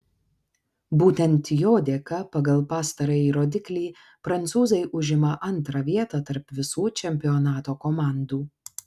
būtent jo dėka pagal pastarąjį rodiklį prancūzai užima antrą vietą tarp visų čempionato komandų